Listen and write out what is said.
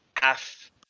half